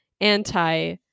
anti